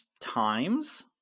times